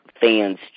fans